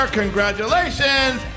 congratulations